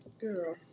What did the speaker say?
girl